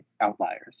outliers